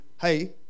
hey